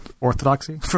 orthodoxy